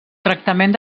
tractament